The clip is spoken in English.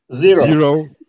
Zero